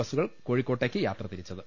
ബസു കൾ കോഴിക്കോട്ടേയ്ക്ക് യാത്രതിരിച്ചത്